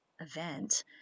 event